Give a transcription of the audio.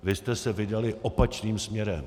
Vy jste se vydali opačným směrem.